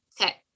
Okay